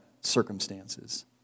circumstances